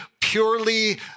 purely